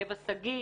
גבע שגיא.